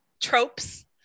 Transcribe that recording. tropes